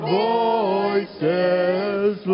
voices